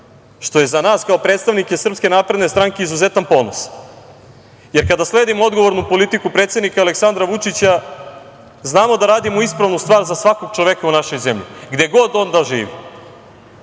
što je za nas kao predstavnike SNS izuzetan ponos, jer kada sledimo odgovornu politiku predsednika Aleksandra Vučića znamo da radimo ispravnu stvar za svakog čoveka u našoj zemlji, gde god on da